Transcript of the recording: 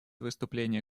выступление